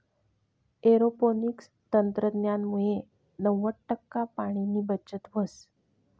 aeroponics तंत्रज्ञानमुये नव्वद टक्का पाणीनी बचत व्हस